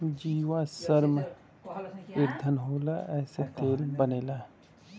जीवाश्म ईधन होला एसे तेल बनला